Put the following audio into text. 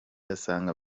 asanga